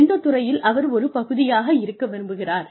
எந்தத் துறையில் அவர் ஒரு பகுதியாக இருக்க விரும்புகிறார்